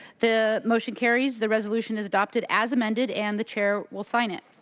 the motion carries. the resolution is adopted as amended and the chair will sign it.